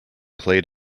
played